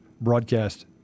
broadcast